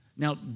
Now